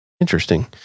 Interesting